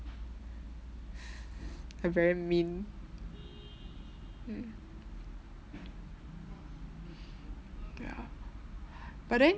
I very mean mm ya but then